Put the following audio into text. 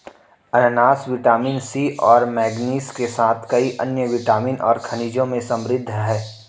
अनन्नास vitamin C और manganese के साथ कई अन्य विटामिन और खनिजों में समृद्ध हैं